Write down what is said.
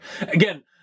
Again